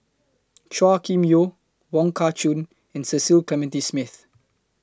Chua Kim Yeow Wong Kah Chun and Cecil Clementi Smith